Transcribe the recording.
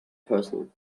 person